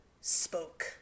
spoke